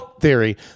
theory